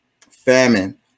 Famine